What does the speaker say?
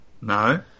No